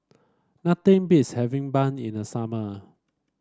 nothing beats having bun in the summer